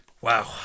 Wow